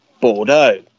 Bordeaux